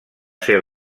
ser